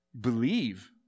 Believe